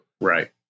Right